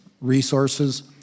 resources